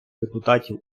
депутатів